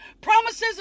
promises